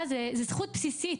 זה כשיגיע החוק.